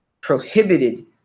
prohibited